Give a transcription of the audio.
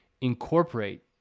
incorporate